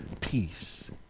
peace